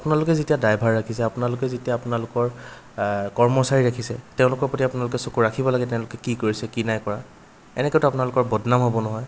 আপোনালোকে যেতিয়া ড্ৰাইভাৰ ৰাখিছে আপোনালোকে যেতিয়া আপোনালোকৰ কৰ্মচাৰী ৰাখিছে তেওঁলোকৰ প্ৰতি আপোনালোকে চকু ৰাখিব লাগে তেওঁলোকে কি কৰিছে কি নাই কৰা এনেকৈতো আপোনালোকৰ বদনাম হ'ব নহয়